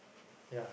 yeah